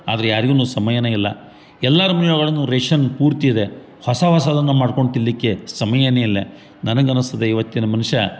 ಆದರೆ ಯಾರಿಗೂ ಸಮಯವೇ ಇಲ್ಲ ಎಲ್ಲಾರ ಮನೆ ಒಳಗಡೆ ರೇಷನ್ ಪೂರ್ತಿ ಇದೆ ಹೊಸ ಹೊಸದನ್ನು ಮಾಡ್ಕೊಂಡು ತಿನ್ನಲ್ಲಿಕ್ಕೆ ಸಮಯವೇ ಇಲ್ಲ ನನಗೆ ಅನ್ನಿಸ್ತದೆ ಇವತ್ತಿನ ಮನ್ಷ